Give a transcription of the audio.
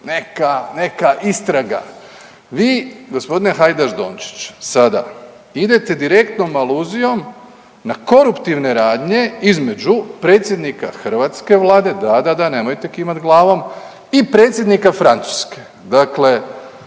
neka istraga, vi g. Hajdaš Dončić sada idete direktnom aluzijom na koruptivne radne između predsjednika hrvatske Vlade, da, da, da nemojte kimat glavom i predsjednika Francuske. Dakle,